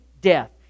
death